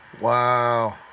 wow